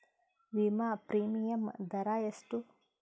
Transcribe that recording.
ವಿಮಾ ಪ್ರೀಮಿಯಮ್ ದರಾ ಎಷ್ಟು?